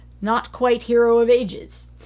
not-quite-hero-of-ages